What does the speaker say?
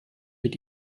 mit